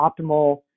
optimal